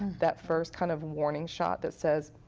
that first kind of warning shot that says,